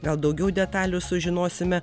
gal daugiau detalių sužinosime